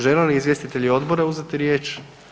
Žele li izvjestitelji odbora uzeti riječ?